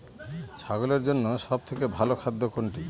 ছাগলের জন্য সব থেকে ভালো খাদ্য কোনটি?